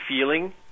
feeling